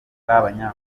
barimo